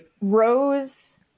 Rose